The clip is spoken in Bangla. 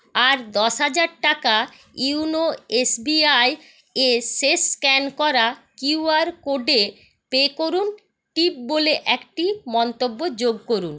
আর দশ হাজার টাকা ইয়োনো এস বি আই এ শেষ স্ক্যান করা কিউ আর কোডে পে করুন টিপ বলে একটি মন্তব্য যোগ করুন